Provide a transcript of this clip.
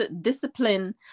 discipline